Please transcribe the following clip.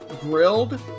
grilled